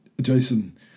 Jason